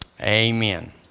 Amen